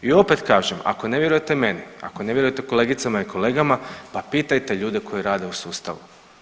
I opet kažem, ako ne vjerujete meni, ako ne vjerujete kolegicama i kolegama, pa pitajte ljude koji rade u sustavu.